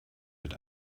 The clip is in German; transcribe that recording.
mit